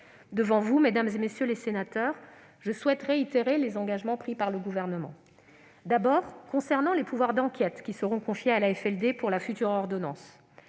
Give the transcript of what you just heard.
Devant vous, mesdames, messieurs les sénateurs, je souhaite réitérer les engagements pris par le Gouvernement. D'abord, concernant les pouvoirs d'enquête qui seront confiés à l'AFLD par la future ordonnance,